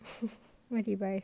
so where do you buy